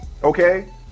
Okay